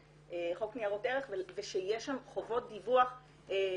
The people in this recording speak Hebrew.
חוק ניירות ערך ושיהיו שם חובות דיווח רגילות,